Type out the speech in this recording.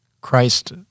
Christ